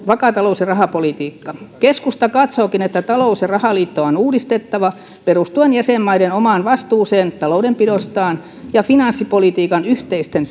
vakaa talous ja rahapolitiikka keskusta katsookin että talous ja rahaliittoa on uudistettava perustuen jäsenmaiden omaan vastuuseen taloudenpidostaan ja finanssipolitiikan yhteisten